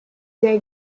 der